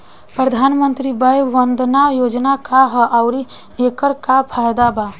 प्रधानमंत्री वय वन्दना योजना का ह आउर एकर का फायदा बा?